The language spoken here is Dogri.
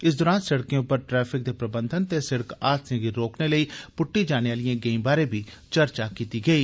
इस दरान सड़कें उप्पर ट्रैफिक दे प्रबंधन ते सड़क हादसें गी रोकने लेई पुट्टी जाने आली गैंई बारे चर्चा कीती गेई